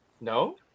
No